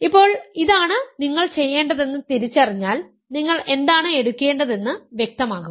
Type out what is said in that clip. ഇപ്പോൾ ഇതാണ് നിങ്ങൾ ചെയ്യേണ്ടതെന്ന് തിരിച്ചറിഞ്ഞാൽ നിങ്ങൾ എന്താണ് എടുക്കേണ്ടതെന്ന് വ്യക്തമാകും